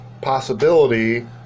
possibility